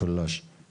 ששם